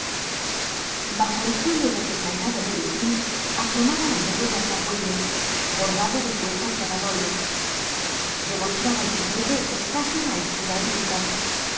bajo el cuello del desairado levitín asomaba un dedo de alzacuello bordado de cuentas de abalorio demostraba el jinete escasa maestría hípica